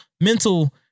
mental